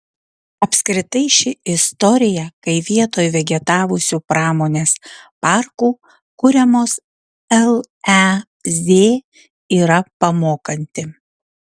apskritai ši istorija kai vietoj vegetavusių pramonės parkų kuriamos lez yra pamokanti